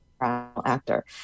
actor